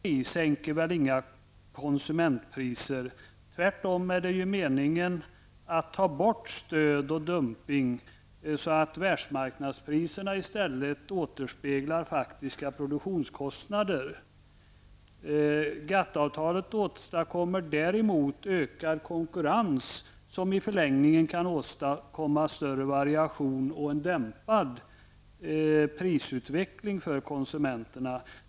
Herr talman! När socialdemokraterna och jordbruksministern talar om kommande GATT avtal, framställer man det som om det avtalet var något av ett Columbi ägg för att åstadkomma sänkta konsumentpriser. Men GATT-avtalet i sig sänker väl inga konsumentpriser. Tvärtom är det ju meningen att ta bort stöd och dumping, så att världsmarknadspriserna i stället återspeglar faktiska produktionskostnader. GATT-avtalet åtstadkommer däremot ökad konkurrens, som i förlängningen kan ge större variation och en dämpad prisutveckling för konsumenterna.